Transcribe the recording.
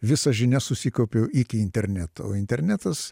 visas žinias susikaupiu iki interneto o internetas